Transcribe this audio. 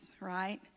right